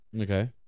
okay